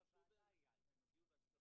לצורך